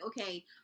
okay